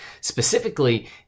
specifically